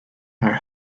are